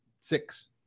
Six